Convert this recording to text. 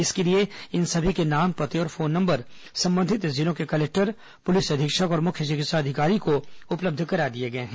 इसके लिए इन सभी के नाम पते और फोन नंबर संबंधित जिलों के कलेक्टर पुलिस अधीक्षक और मुख्य चिकित्सा अधिकारी को उपलब्ध करा दिए गए हैं